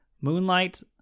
Moonlight